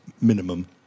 minimum